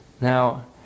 Now